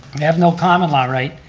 they have no common law right,